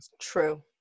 true